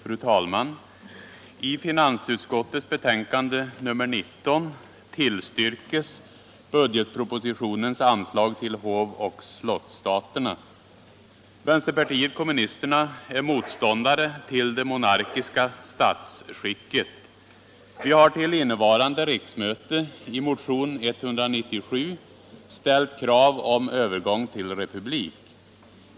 Fru talman! I finansutskottets betänkande nr 19 tillstyrkes budgetpropositionens anslag till hovoch slottsstaterna. Vänsterpartiet kommunisterna är motståndare till det monarkiska statsskicket. Vi har till innevarande riksmöte i motion 197 ställt krav på övergång till republik.